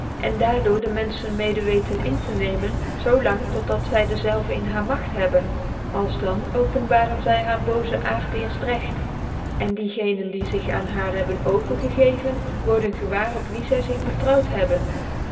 cn daar door dc menfchen meede weten in te nemen zoo lang tot dat zy dezelve in haar magt hebben als dan openbaren zy haar boozen aard cret en diegenen die zig aan haar hebben overgegeven worden gewaar op wicn ly zig betrouwt hebben